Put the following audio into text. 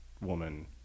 woman